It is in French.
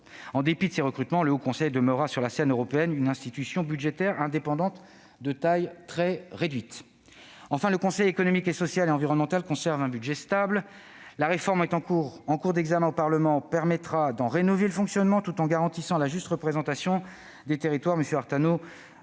En dépit de ces recrutements, le Haut Conseil demeurera sur la scène européenne une institution budgétaire indépendante de taille très réduite. Enfin, le Conseil économique, social et environnemental conserve un budget stable. La réforme, en cours d'examen devant le Parlement, permettra de rénover le fonctionnement du CESE tout en garantissant la juste représentation des territoires-